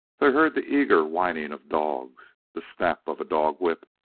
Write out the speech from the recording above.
they heard the eager whining of dogs, the snap of a dog-whip,